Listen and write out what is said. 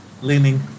Leaning